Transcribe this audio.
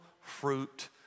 fruit